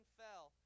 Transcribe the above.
fell